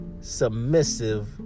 submissive